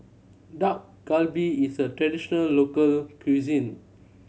Dak Galbi is a traditional local cuisine